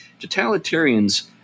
Totalitarians